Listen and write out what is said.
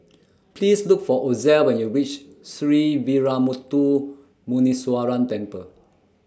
Please Look For Ozell when YOU REACH Sree Veeramuthu Muneeswaran Temple